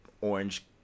orange